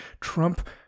Trump